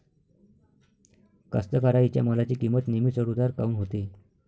कास्तकाराइच्या मालाची किंमत नेहमी चढ उतार काऊन होते?